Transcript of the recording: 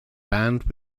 band